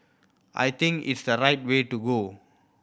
I think it's the right way to go